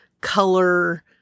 color